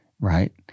right